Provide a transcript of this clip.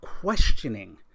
questioning